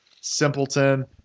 simpleton